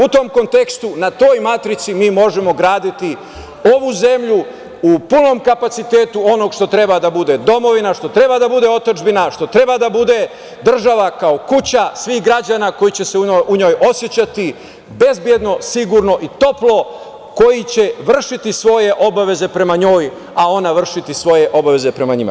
U tom kontekstu, na toj matrici mi možemo graditi ovu zemlju u punom kapacitetu onog što treba da bude domovina, što treba da bude otadžbina, što treba da bude država, kao kuća svih građana koji će se u njoj osećati bezbedno, sigurno i toplo, koji će vršiti svoje obaveze prema njoj a ona vršiti svoje obaveze prema njima.